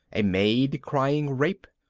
a maid crying rape,